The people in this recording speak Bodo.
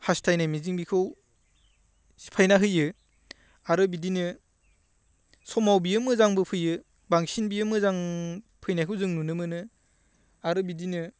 हास्थायनाय मिजिं बेखौ सिफायना होयो आरो बिदिनो समाव बियो मोजांबो फैयो बांसिन बियो मोजां फैनायखौ जों नुनो मोनो आरो बिदिनो